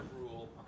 rule